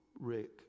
rick